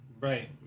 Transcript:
Right